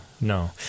no